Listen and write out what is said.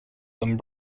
than